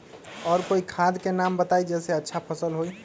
और कोइ खाद के नाम बताई जेसे अच्छा फसल होई?